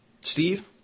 Steve